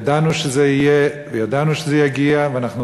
ידענו שזה יהיה וידענו שזה יגיע ואנחנו